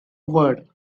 word